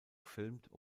gefilmt